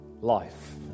life